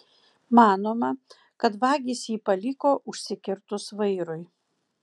manoma kad vagys jį paliko užsikirtus vairui